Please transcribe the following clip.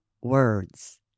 words